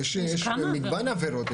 לא, יש מגוון עבירות.